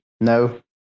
no